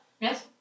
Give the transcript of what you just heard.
Yes